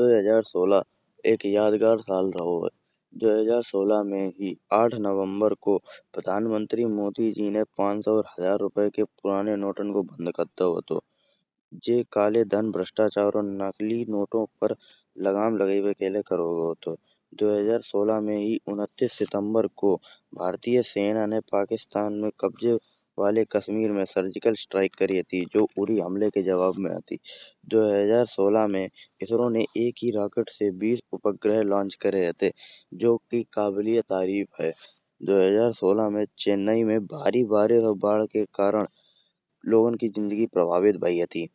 दो हजार सोलह एक यादगार साल रहो है। दो हजार सोलह में ही आठ नवंबर को प्रधानमंत्री मोदी जी ने पाँच सौ और एक हजार रुपये के पुराने नोटन को बंद कर दाओ हतो। जे काले धन, भ्रष्टाचार और नकली नोटन पर लगाम लगाएँव्य के लाय करो गओ थो। दो हजार सोलह में ही उन्तीस सितंबर को भारतीय सेना ने पाकिस्तान में कब्जे वाले कश्मीर में सर्जिकल स्ट्राइक करी हती जो उरी हमले के जवाब में हती। दो हजार सोलह में इसरो ने एक ही रॉकेट से बीस उपग्रह लॉन्च करे हते जो कि काबिलेतारीफ है। दो हजार सोलह में चेन्नई में भारी बारिश और बाढ़ के कारण लोगन की जिंदगी प्रभावित भई हती।